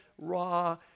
raw